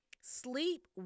Sleep